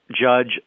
judge